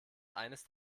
eines